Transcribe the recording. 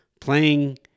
playing